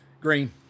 Green